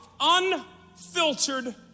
unfiltered